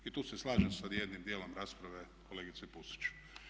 I tu se slažem sa jednim djelom rasprave kolegice Pusić.